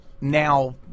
now